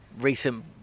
recent